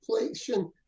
inflation